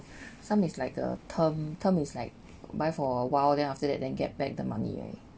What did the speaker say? some is like the term term is like buy for a while then after that then get back the money already